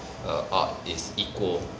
err art is equal